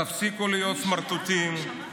תפסיקו להיות סמרטוטים.